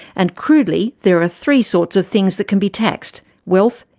and crudely, there are three sorts of things that can be taxed wealth,